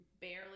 barely